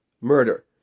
Murder